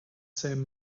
same